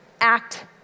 act